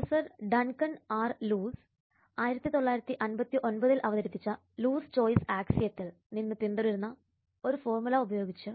professor Duncan R Luce 1959 ൽ അവതരിപ്പിച്ച Luce choice ആക്സിയത്തിൽ നിന്ന് പിന്തുടരുന്ന ഒരു ഫോർമുല ഉപയോഗിച്ച്